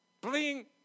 bling